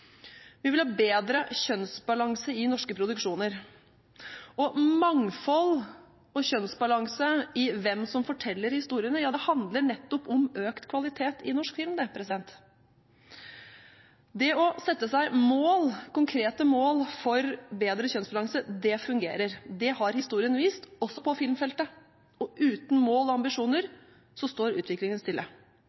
Vi vil ha bedre kjønnsbalanse i norske produksjoner. Mangfold og kjønnsbalanse i hvem som forteller historiene, handler nettopp om økt kvalitet i norsk film. Det å sette seg konkrete mål for bedre kjønnsbalanse fungerer – det har historien vist, også på filmfeltet. Uten mål og ambisjoner står utviklingen stille.